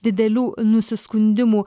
didelių nusiskundimų